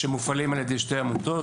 שמופעלים על ידי שתי עמותות,